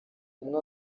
umwe